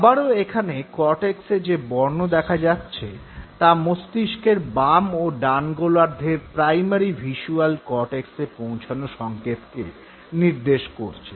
আবারও এখানে কর্টেক্সে যে বর্ণ দেখা যাচ্ছে তা মস্তিষ্কের বাম ও ডান গোলার্ধের প্রাইমারি ভিস্যুয়াল কর্টেক্সে পৌঁছনো সঙ্কেতকে নির্দেশ করছে